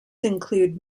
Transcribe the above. include